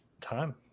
time